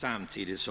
Samtidigt